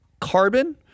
carbon